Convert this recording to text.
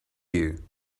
you